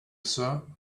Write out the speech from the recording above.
sir